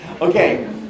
Okay